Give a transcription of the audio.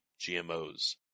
GMOs